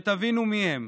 שתבינו מיהם: